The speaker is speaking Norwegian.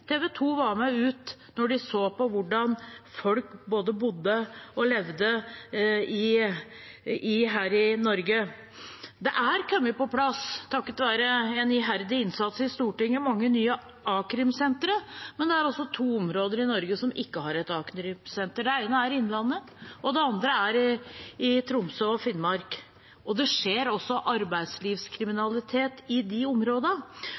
var dem TV 2 var med ut da de så på hvordan folk både bodde og levde her i Norge. Mange nye a-krimsentre har kommet på plass takket være iherdig innsats i Stortinget, men to områder i Norge har ikke et a-krimsenter: Det ene er Innlandet, og det andre er Troms og Finnmark. Arbeidslivskriminalitet skjer også i de områdene,